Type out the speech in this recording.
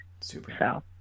super